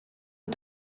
est